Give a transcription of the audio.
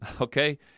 okay